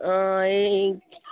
অঁ এই